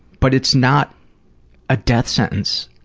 but it's not a death sentence.